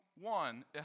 one